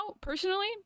personally